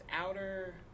Outer